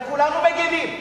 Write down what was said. וכולנו מגינים,